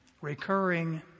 recurring